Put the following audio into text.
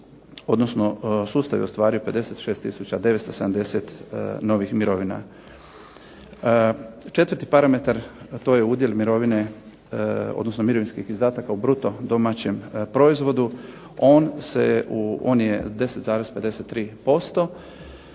odnos sustav je ostvario 56 tisuća 970 novih mirovina. Četvrti parametar, a to je udjel mirovine odnosno mirovinskih izdataka u bruto domaćem proizvodu. On je 10,53%